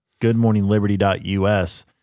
goodmorningliberty.us